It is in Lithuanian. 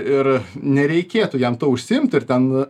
ir nereikėtu jam tuo užsiimti ir ten